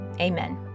amen